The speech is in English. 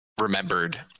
remembered